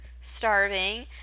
starving